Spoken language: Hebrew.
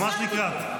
ממש לקראת.